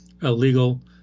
legal